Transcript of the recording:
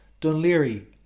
Dunleary